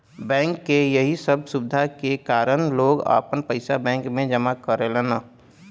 bank के यही सब सुविधा के कारन लोग आपन पइसा बैंक में जमा करेलन